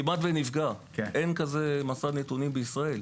על "כמעט ונפגע" אין מסד נתונים בישראל.